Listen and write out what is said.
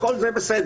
כל זה בסדר.